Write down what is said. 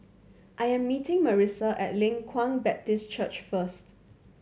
I am meeting Marisa at Leng Kwang Baptist Church first